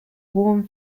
worn